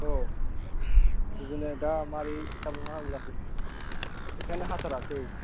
आव आव बिदिनो दा मारै खालामनांगौ जाखो अखायानो हाथारासै